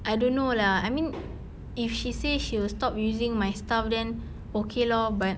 I don't know lah I mean if she say she will stop using my stuff then okay lor but